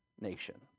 nation